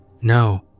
No